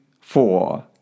four